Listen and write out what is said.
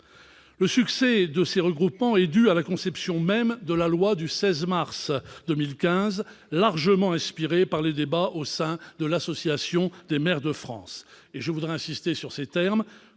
Le succès de ces regroupements est dû à la conception même de la loi du 16 mars 2015, largement inspirée par les débats au sein de l'Association des maires de France. Je veux insister sur les termes